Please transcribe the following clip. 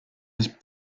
his